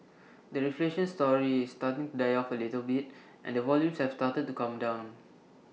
the reflation story is starting die off A little bit and the volumes have started to come down